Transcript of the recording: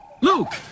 Luke